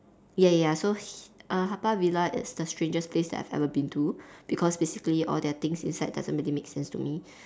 ya ya ya so h~ err Haw Par Villa is the strangest place that I've ever been to because basically all their things inside doesn't really make sense to me